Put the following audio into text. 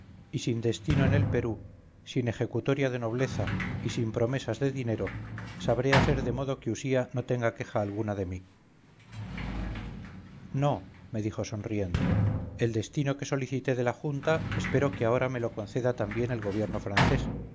y sin destino en el perú sin ejecutoria de nobleza y sin promesas de dinero sabré hacer de modo que usía no tenga queja alguna de mí no me dijo sonriendo el destino que solicité de la junta espero que ahora me lo conceda también el gobierno francés